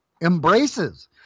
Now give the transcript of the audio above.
embraces